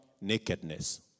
nakedness